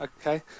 Okay